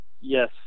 Yes